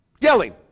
Yelling